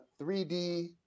3d